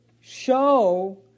show